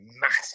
massive